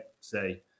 say